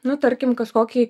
nu tarkim kažkokį